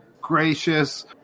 gracious